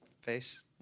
Face